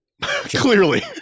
clearly